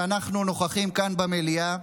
כשאנחנו נוכחים כאן במליאה,